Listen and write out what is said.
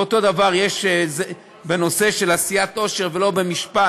ואותו דבר יש בנושא של עשיית עושר ולא במשפט,